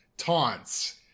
taunts